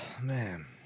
man